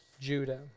Judah